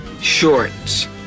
Shorts